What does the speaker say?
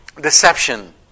deception